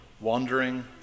wandering